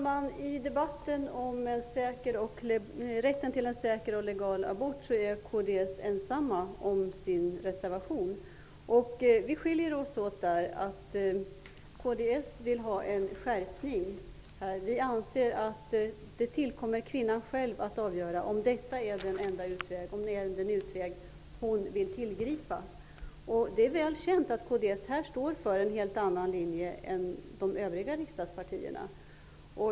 Herr talman! I debatten om rätten till en säker och legal abort är kds ensamt om sin reservation. Vi skiljer oss åt på den punkten. Inom kds vill man ha en skärpning. Övriga partier anser att det tillkommer kvinnan själv att avgöra om abort är den utväg hon vill tillgripa. Det är väl känt att kds står för en helt annan linje än de övriga riksdagspartierna.